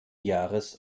jahres